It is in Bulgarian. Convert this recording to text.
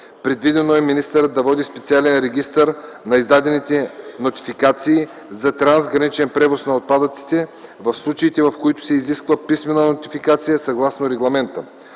Предвидено е министърът да води специален регистър на издадените нотификации за трансграничен превоз на отпадъци в случаите, в които се изисква писмена нотификация съгласно регламента.